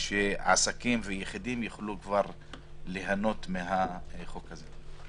ושעסקים ויחידים יוכלו ליהנות מן החוק הזה.